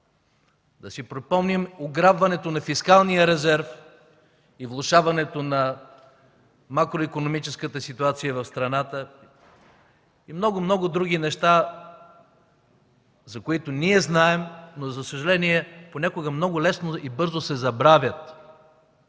да си припомним ограбването на фискалния резерв и влошаването на макроикономическата ситуация в страната и много, много други неща, за които ние знаем, но, за съжаление, понякога много лесно и бързо се забравят.